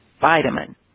vitamin